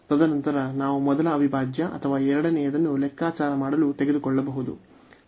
ತದನಂತರ ನಾವು ಮೊದಲ ಅವಿಭಾಜ್ಯ ಅಥವಾ ಎರಡನೆಯದನ್ನು ಲೆಕ್ಕಾಚಾರ ಮಾಡಲು ತೆಗೆದುಕೊಳ್ಳಬಹುದು